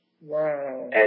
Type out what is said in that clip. Wow